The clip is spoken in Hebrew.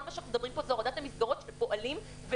כל מה שאנחנו מדברים פה זה הורדת המסגרות של פועלים ולאומי,